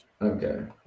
Okay